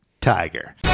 Tiger